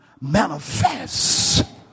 manifest